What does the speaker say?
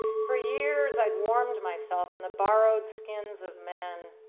for years i'd warmed myself in the borrowed skins of men.